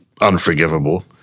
unforgivable